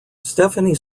stephanie